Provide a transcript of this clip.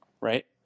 Right